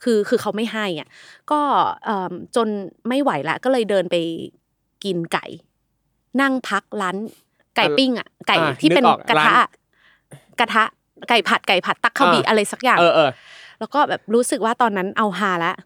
คือ- คือเขาไม่ให้อะ ก็ เอิ่ม จนไม่ไหวละ ก็เลยเดินไปกินไก่ นั่งพักร้านไก่อะไร?ปิ้งอะ ไก่อ่ะที่นึกเป็นออกละ ร้าน-กระทะ กระทะไก่ผัด ไก่ผัดตักเข้าบิอ่าอะไรสักอย่างเออ เออแล้วก็แบบรู้สึกว่าตอนนั้นเอาฮาละ